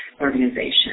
organization